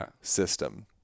system